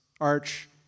arch